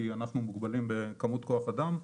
כי אנחנו מוגבלים בכמות כוח אדם.